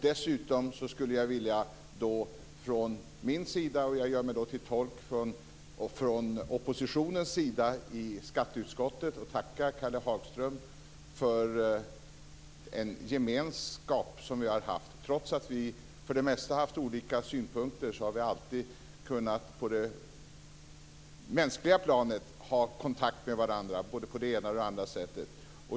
Från min och från oppositionens sida i skatteutskottet, som jag gör mig till tolk för, skulle jag vilja tacka Kalle Hagström för den gemenskap som vi har haft. Trots att vi för det mesta har haft olika synpunkter har vi alltid kunnat ha kontakt med varandra på det mänskliga planet både på det ena och det andra sättet.